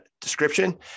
description